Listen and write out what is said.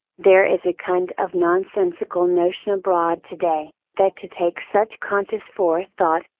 there is a kind of nonsensical notion abroad today, that to take such conscious forethought,